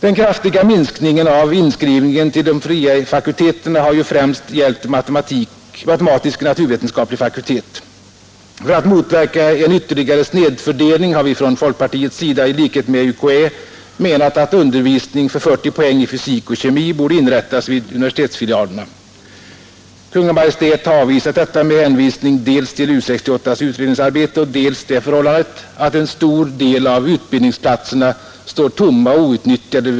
Den kraftiga minskningen av inskrivningen till de fria fakulteterna har främst gällt matematisk-naturvetenskaplig fakultet. För att motverka en ytterligare snedfördelning har vi från folkpartiets sida i likhet med UKÄ menat att undervisning för 40 poäng i fysik och kemi borde inrättas vid universitetsfilialerna. Kungl. Maj:t har avvisat detta med hänvisning dels till U 68:s utredningsarbete, dels till det förhållandet att en stor del av utbildningsplatserna vid universiteten står tomma och outnyttjade.